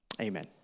Amen